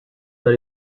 that